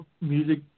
music